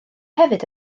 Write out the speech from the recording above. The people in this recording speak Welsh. hefyd